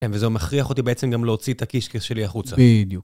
כן, וזה מכריח אותי בעצם גם להוציא את הקישקעס שלי החוצה. בדיוק.